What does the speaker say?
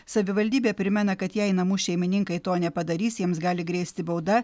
savivaldybė primena kad jei namų šeimininkai to nepadarys jiems gali grėsti bauda